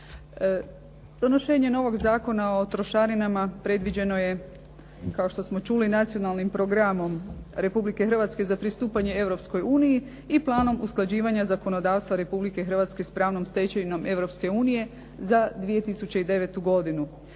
Donošenje novog Zakona o trošarinama predviđeno je, kao što smo čuli, Nacionalnim programom Republike Hrvatske za pristupanje Europskoj uniji i planom usklađivanja zakonodavstva Republike Hrvatske s pravnom stečevinom Europske unije za 2009. godinu.